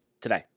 today